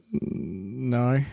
no